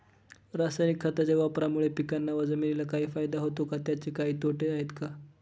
रासायनिक खताच्या वापरामुळे पिकांना व जमिनीला काही फायदा होतो का? त्याचे काही तोटे आहेत का?